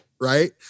right